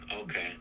Okay